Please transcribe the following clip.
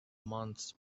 months